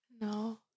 No